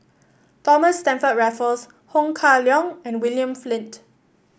Thomas Stamford Raffles Ho Kah Leong and William Flint